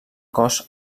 cos